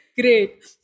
Great